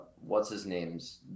What's-his-name's